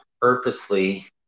purposely –